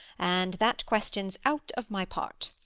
and that question's out of my part.